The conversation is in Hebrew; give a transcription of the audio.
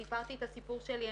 סיפרתי את הסיפור שלי.